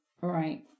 right